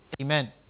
Amen